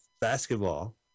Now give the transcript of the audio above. basketball